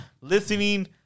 listening